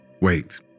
Wait